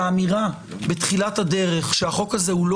והאמירה בתחילת הדרך שהחוק הזה הוא לא